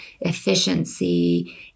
efficiency